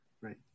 Right